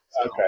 Okay